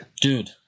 dude